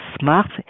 smart